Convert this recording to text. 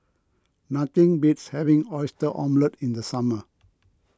nothing beats having Oyster Omelette in the summer